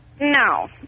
No